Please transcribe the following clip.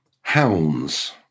hounds